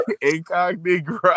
Incognito